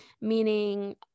meaning